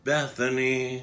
Bethany